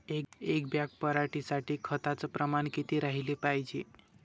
एक बॅग पराटी साठी खताचं प्रमान किती राहाले पायजे?